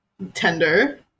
Tender